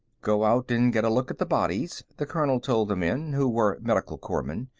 go out and get a look at the bodies, the colonel told the men, who were medical corpsmen.